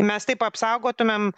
mes taip apsaugotumėm